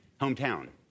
hometown